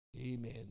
Amen